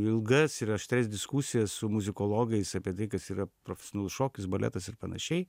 ilgas ir aštrias diskusijas su muzikologais apie tai kas yra profesionalus šokis baletas ir panašiai